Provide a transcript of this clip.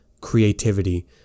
creativity